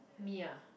me ah